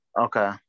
okay